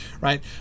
right